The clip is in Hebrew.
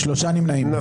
הצבעה לא אושרה נפל.